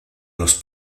los